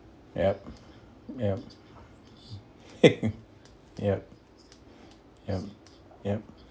yup yup yup yup yup